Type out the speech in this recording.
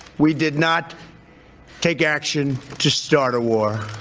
we did not take action to start a war.